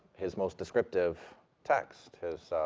his most descriptive text, his,